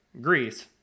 Greece